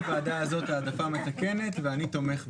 יש בוועדה הזאת העדפה מתקנת ואני תומך בה.